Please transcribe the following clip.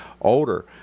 older